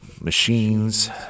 machines